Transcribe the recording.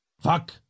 Fuck